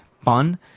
fun